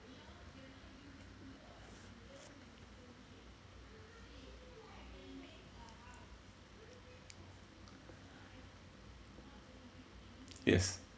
yes